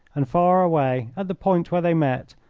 and far away, at the point where they met,